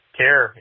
care